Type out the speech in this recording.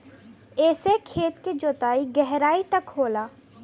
एसे खेत के जोताई गहराई तक होला